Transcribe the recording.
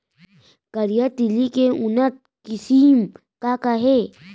करिया तिलि के उन्नत किसिम का का हे?